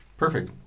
perfect